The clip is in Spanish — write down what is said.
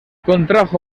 contrajo